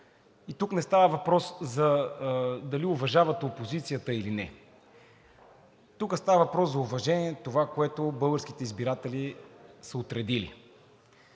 Тук не става въпрос дали уважавате опозицията или не, тук става въпрос за уважение – това, което българските избиратели са отредили.